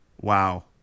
Wow